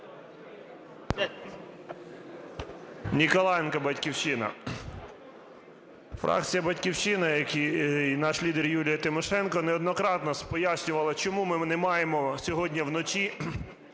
Ніколаєнко, "Батьківщина". Фракція "Батьківщина" і наш лідер Юлія Тимошенко неодноразово пояснювала, чому ми не маємо сьогодні вночі